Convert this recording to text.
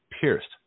pierced